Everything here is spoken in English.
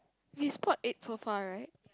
we spot eight so far right